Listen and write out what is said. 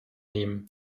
nehmen